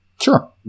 Sure